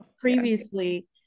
previously